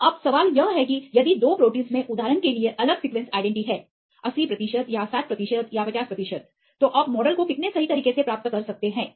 तो अब सवाल यह है कि यदि 2 प्रोटीनों में उदाहरण के लिए अलग सीक्वेंस आईडेंटिटी है तो 80 प्रतिशत या 60 प्रतिशत या 50 प्रतिशत आप मॉडल को कितने सही तरीके से प्राप्त कर सकते हैं